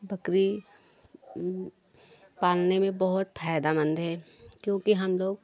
बकरी पालने में बहुत फायदामंद है क्योंकि हम लोग